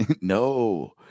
No